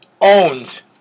owns